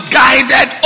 guided